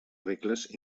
regles